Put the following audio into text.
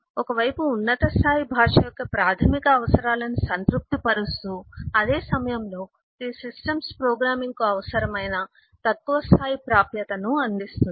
ఒక వైపు ఉన్నత స్థాయి భాష యొక్క ప్రాథమిక అవసరాలను సంతృప్తిపరుస్తూ అదే సమయంలో ఇది సిస్టమ్స్ ప్రోగ్రామింగ్కు అవసరమైన తక్కువ స్థాయి ప్రాప్యతను అందిస్తుంది